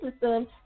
system